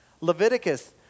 Leviticus